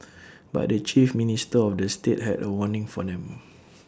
but the chief minister of the state had A warning for them